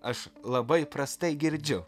aš labai prastai girdžiu